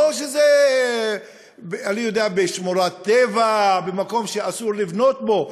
לא שזה בשמורת טבע, במקום שאסור לבנות בו.